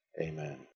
Amen